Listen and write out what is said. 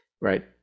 right